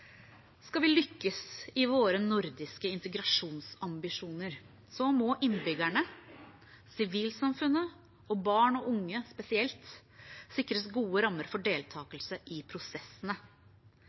Skal vi lykkes i våre nordiske integrasjonsambisjoner, må innbyggerne, sivilsamfunn og barn og unge, spesielt, sikres gode rammer for